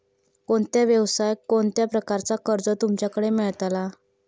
कोणत्या यवसाय कोणत्या प्रकारचा कर्ज तुमच्याकडे मेलता?